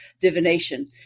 divination